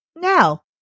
Now